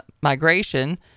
migration